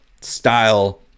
style